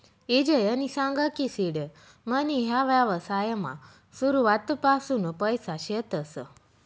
ईजयनी सांग की सीड मनी ह्या व्यवसायमा सुरुवातपासून पैसा शेतस